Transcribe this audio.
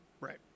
Right